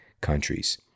countries